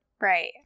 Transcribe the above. Right